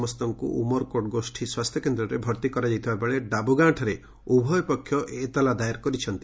ସମସ୍ତଙ୍କୁ ଉମରକୋଟ ଗୋଷୀ ସ୍ୱାସ୍ଥ୍ୟ କେନ୍ଦ୍ରରେ ଭର୍ତ୍ତି କରାଯାଇଥିବା ବେଳେ ଡାବୁ ଗାଁଠାରେ ଉଭୟ ପକ୍ଷ ଏତଲା ଦାୟର କରିଛନ୍ତି